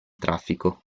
traffico